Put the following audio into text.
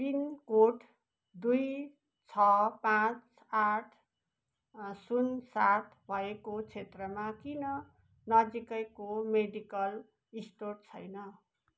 pin code दुई छ पाँच आठ शून्य सात भएको क्षेत्रमा किन नजिकको मेडिकल स्टोर छैन